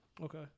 Okay